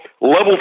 level